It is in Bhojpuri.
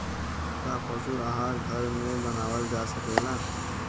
का पशु आहार घर में बनावल जा सकेला?